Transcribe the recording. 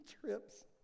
Trips